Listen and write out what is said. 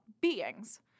beings